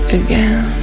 again